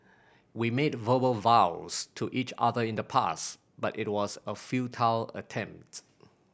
we made verbal vows to each other in the past but it was a futile attempt